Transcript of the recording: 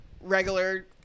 regular